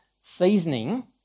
seasoning